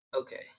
Okay